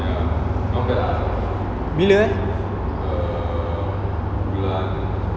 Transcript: bila eh